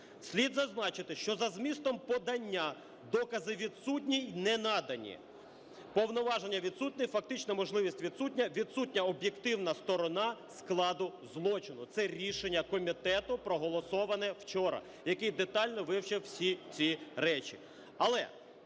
"Слід зазначити, що за змістом подання докази відсутні і не надані. Повноваження відсутні, фактична можливість відсутня, відсутня об'єктивна сторона складу злочину". Це рішення комітету проголосоване вчора, який детально вивчив всі ці речі.